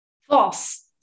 False